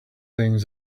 things